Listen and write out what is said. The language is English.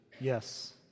Yes